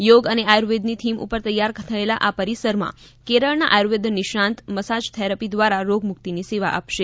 યોગ અને આયુર્વેદની થીમ ઉપર તૈયાર થયેલા આ પરિસરમાં કેરળના આયુર્વેદ નિષ્ણાંત મસાજ થેરપી દ્વારા રોગમુક્તિની સેવા આપશે